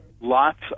lots